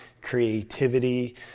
creativity